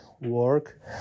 work